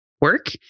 work